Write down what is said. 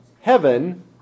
heaven